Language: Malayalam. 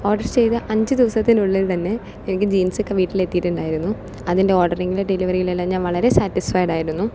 ഓർഡർ ചെയ്ത അഞ്ചു ദിവസത്തിനുള്ളിൽ തന്നെ എനിക്ക് ജീൻസ് ഒക്കെ വീട്ടില് എത്തിയിട്ടുണ്ടായിരുന്നു അതിൻ്റെ ഓർഡറിങ്ങിൻ്റെ ഡെലിവറിലെല്ലാം ഞാൻ വളരെ സാറ്റിസ്ഫൈഡ് ആയിരുന്നു